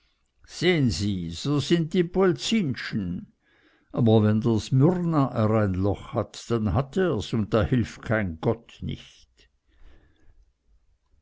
sehen sie so sind die polzinschen aber wenn der smyrnaer ein loch hat dann hat er's und da hilft kein gott nich